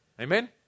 Amen